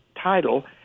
title –